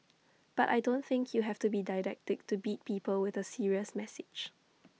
but I don't think you have to be didactic to beat people with A serious message